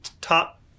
top